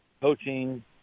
coaching